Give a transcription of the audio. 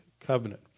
covenant